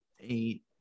eight